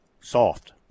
Soft